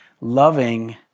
loving